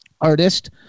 artist